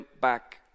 back